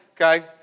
Okay